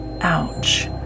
Ouch